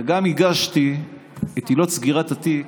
וגם הגשתי את עילות סגירת התיק,